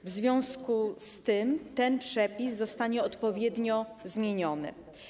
W związku z tym ten przepis zostanie odpowiednio zmieniony.